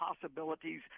possibilities